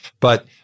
But-